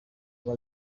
aba